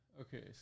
Okay